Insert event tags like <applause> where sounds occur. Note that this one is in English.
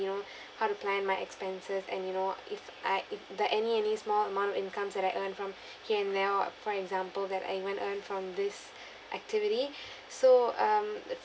you know how to plan my expenses and you know if I if that any any small amount of incomes at I earn from here now for example that I even earn from this activity <breath> so um